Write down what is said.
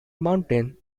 mountain